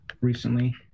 recently